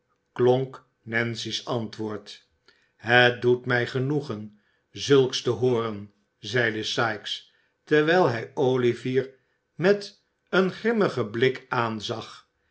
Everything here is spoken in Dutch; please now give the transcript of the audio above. klonk nancy's antwoord het doet mij genoegen zulks te hooren zeide sikes terwijl hij olivier met een grimmigen blik aanzag